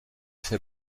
fait